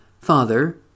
Father